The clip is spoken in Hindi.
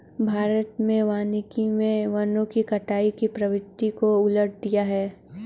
भारत में वानिकी मे वनों की कटाई की प्रवृत्ति को उलट दिया है